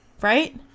Right